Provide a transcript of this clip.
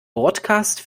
bordcast